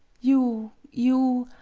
you you